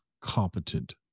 competent